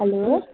hello